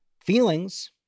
feelings